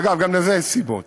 אגב, גם לזה יש סיבות